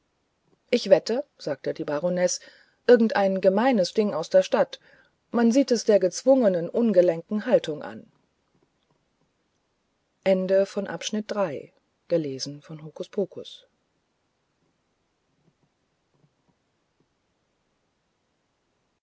ich wette sagte die baronesse irgendein gemeines ding aus der stadt man sieht es der gezwungenen ungelenken haltung an